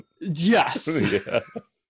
Yes